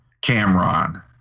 Cameron